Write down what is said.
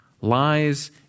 lies